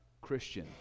Christian